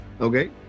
Okay